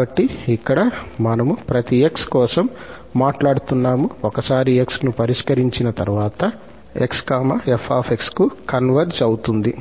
కాబట్టి ఇక్కడ మనము ప్రతి 𝑥 కోసం మాట్లాడుతున్నాము ఒకసారి 𝑥 ను పరిష్కరించిన తర్వాత 𝑥 𝑓𝑥 కు కన్వర్జ్ అవుతుంది